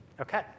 Okay